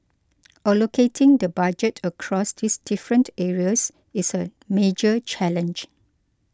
allocating the Budget across these different areas is a major challenge